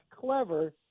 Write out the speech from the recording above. clever